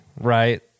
right